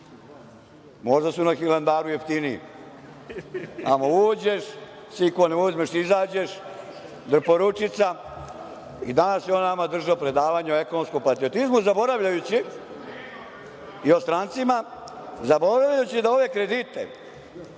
Možda su na Hilandaru jeftinije. Tamo uđeš, sa ikone uzmeš, izađeš … i danas je on nama držao predavanje o ekonomskom patriotizmu i o strancima, zaboravljajući da ove kredite